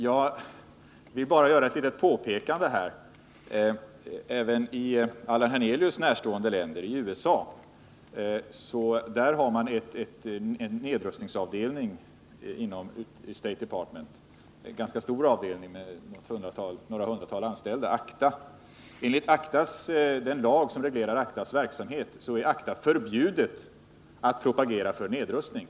Jag vill bara peka på att det även i ett Allan Hernelius närstående land, USA, finns en ganska stor nedrustningsavdelning inom State Department, ACDA, med några hundra anställda. Enligt den lag som reglerar ACDA:s verksamhet är ACDA förbjudet att propagera för nedrustning.